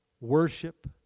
Worship